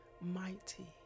mighty